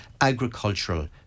agricultural